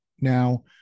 now